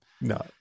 No